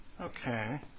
Okay